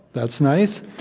that's nice.